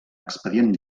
expedient